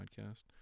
podcast